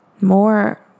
more